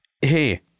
Hey